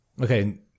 Okay